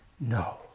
No